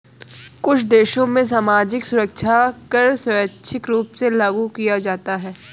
कुछ देशों में सामाजिक सुरक्षा कर स्वैच्छिक रूप से लागू किया जाता है